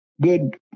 good